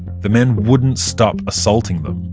the men wouldn't stop assaulting them,